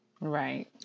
Right